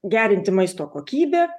gerinti maisto kokybę